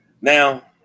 now